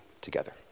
together